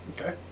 Okay